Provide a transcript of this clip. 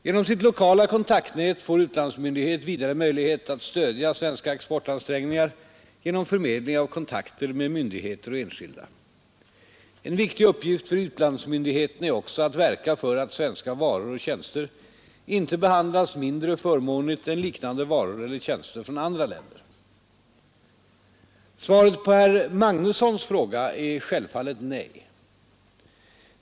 Genom sitt lokala kontaktnät får utlandsmyndighet vidare möjlighet att stödja svenska exportansträngningar genom förmedling av kontakter med myndigheter och enskilda. En viktig uppgift för utlandsmyndigheterna är också att verka för att svenska varor och tjänster inte behandlas mindre förmånligt än liknande varor eller tjänster 7” tags konkurrens på utlandsmarknaden Svaret på herr Magnussons fråga är självfallet nej.